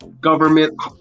government